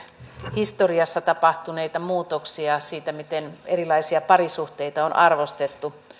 historiassa tapahtuneita muutoksia siitä miten erilaisia parisuhteita on arvostettu